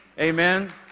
Amen